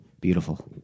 Beautiful